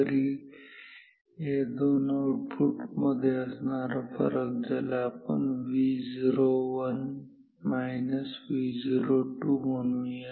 तरी या दोन आउटपुट मध्ये असणारा फरक ज्याला Vo1 Vo2 म्हणूया